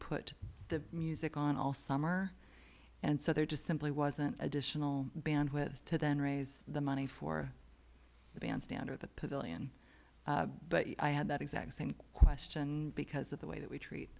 put the music on all summer and so there are just simply wasn't additional bandwidth to then raise the money for the bandstand or the pavilion but i had that exact same question because of the way that we treat